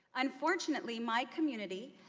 unfortunately, my community,